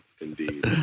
Indeed